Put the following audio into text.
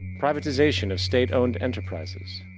privatization of state-owned enterprises.